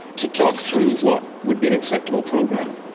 to talk through what would be an acceptable program.